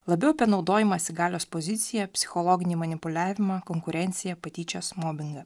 labiau apie naudojimąsi galios pozicija psichologinį manipuliavimą konkurenciją patyčias mobingą